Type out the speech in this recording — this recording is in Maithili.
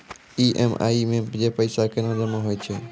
ई.एम.आई मे जे पैसा केना जमा होय छै?